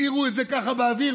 ואנחנו נשארים ידידים,